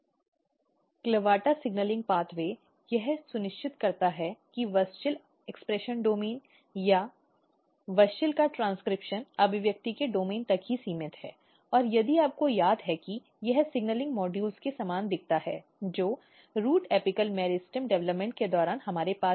CLAVATA signalling मार्ग यह सुनिश्चित करता है कि WUSCHEL अभिव्यक्ति डोमेन या WUSCHEL का ट्रेन्स्क्रिप्शन अभिव्यक्ति के डोमेन तक ही सीमित है और यदि आपको याद है कि यह सिग्नलिंग मॉड्यूल के समान दिखता है जो रूट एपिकल मेरिस्टेम विकास के दौरान हमारे पास है